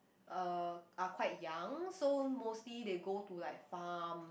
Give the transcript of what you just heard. are quite young so mostly they go to like farm